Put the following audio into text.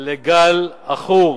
לגל עכור